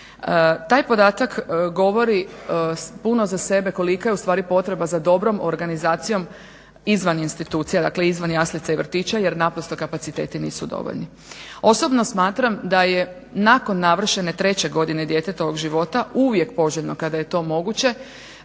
Taj podatak govori puno za sebe kolika je u stvari potreba za dobrom organizacijom izvan institucija. Dakle, izvan jaslica i vrtića jer naprosto kapaciteti nisu dovoljni. Osobno smatram da je nakon navršene treće godine djetetovog života uvijek poželjno kada je to moguće